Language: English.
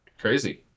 crazy